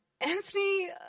Anthony